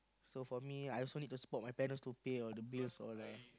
so for me I also need to support my parents to pay all the bills all lah